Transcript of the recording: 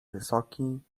wysoki